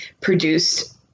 produced